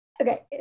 Okay